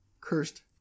cursed